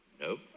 Nope